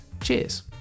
Cheers